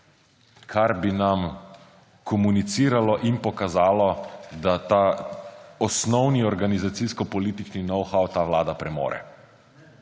kar bi nam komuniciralo in pokazalo, da ta osnovni organizacijsko-politični know-how ta vlada premore,